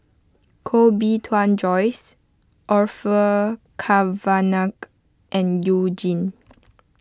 Koh Bee Tuan Joyce Orfeur Cavenagh and You Jin